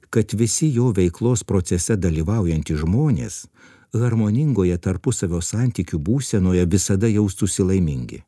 kad visi jo veiklos procese dalyvaujantys žmonės harmoningoje tarpusavio santykių būsenoje visada jaustųsi laimingi